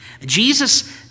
Jesus